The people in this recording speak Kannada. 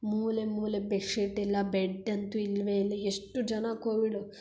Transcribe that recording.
ಮೂಲೆ ಮೂಲೆ ಬೆಶ್ಶೀಟ್ ಇಲ್ಲ ಬೆಡ್ ಅಂತೂ ಇಲ್ಲವೇ ಇಲ್ಲ ಎಷ್ಟು ಜನ ಕೋವಿಡು